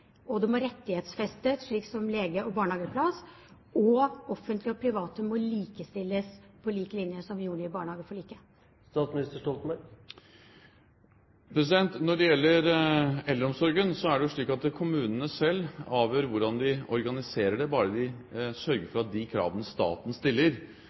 og det må rettighetsfestes, slik som fastlege og barnehageplass, og offentlige og private må likestilles på samme måte som en gjorde ved barnehageforliket. Når det gjelder eldreomsorgen, er det slik at kommunene selv avgjør hvordan de organiserer det, bare de sørger for at de kravene staten stiller